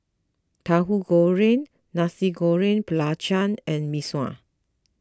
Tahu Goreng Nasi Goreng Belacan and Mee Sua